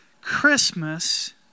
Christmas